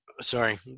sorry